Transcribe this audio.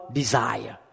desire